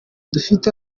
dufite